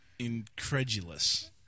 Incredulous